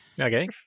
Okay